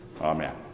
Amen